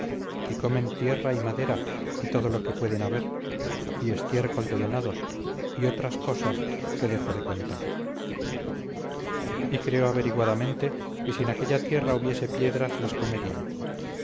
y comen tierra y madera y todo lo que pueden haber y estiércol de venados y otras cosa que dejo de contar y creo averiguadamente que si en aquella tierra hubiese piedras las comerían